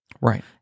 Right